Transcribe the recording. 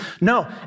No